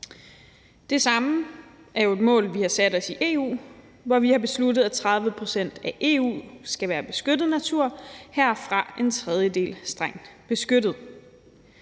Det samme mål har vi sat os i EU, hvor vi har besluttet, at 30 pct. af EU skal være beskyttet natur, heraf en tredjedel som strengt beskyttet.